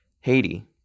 Haiti